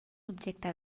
objecte